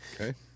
Okay